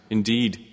Indeed